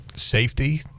safety